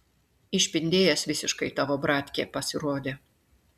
išpindėjęs visiškai tavo bratkė pasirodė